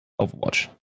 overwatch